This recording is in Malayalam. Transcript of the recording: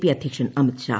പി അധ്യക്ഷൻ അമിത്ഷാ